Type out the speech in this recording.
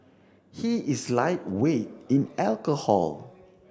he is lightweight in alcohol